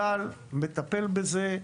צה"ל מטפל בזה,